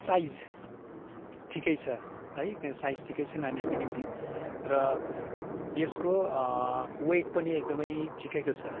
size ठिकै छ है साइज ठिकै छ नानीहरूको निम्ति र यसको वेट पनि एकदमै ठिकैको छ